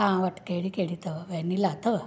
तव्हां वटि कहिड़ी कहिड़ी अथव वेनिला अथव